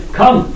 come